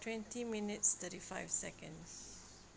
twenty minutes thirty five seconds